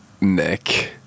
Nick